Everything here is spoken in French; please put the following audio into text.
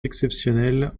exceptionnelles